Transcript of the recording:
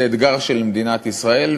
זה אתגר של מדינת ישראל,